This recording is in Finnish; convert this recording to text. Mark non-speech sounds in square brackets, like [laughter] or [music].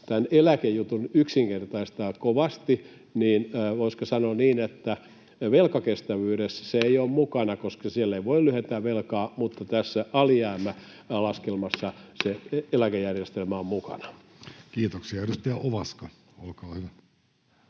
tämän eläkejutun yksinkertaistaa kovasti, niin voisiko sanoa niin, että velkakestävyydessä se ei ole mukana, [noise] koska siellä ei voi lyhentää velkaa, mutta tässä alijäämälaskelmassa [noise] se eläkejärjestelmä on mukana. Kiitoksia. — Edustaja Ovaska, olkaa hyvä.